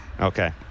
Okay